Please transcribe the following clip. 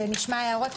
נשמע הערות.